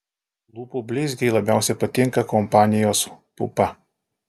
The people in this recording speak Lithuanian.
lūpų blizgiai labiausiai patinka kompanijos pupa